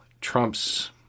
Trump's